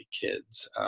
kids